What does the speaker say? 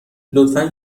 لطفا